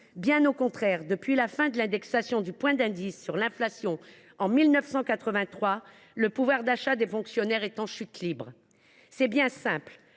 bien au contraire ! Depuis la fin de l’indexation du point d’indice sur l’inflation en 1983, le pouvoir d’achat des fonctionnaires est en chute libre. C’est bien simple